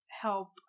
help